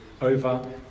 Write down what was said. over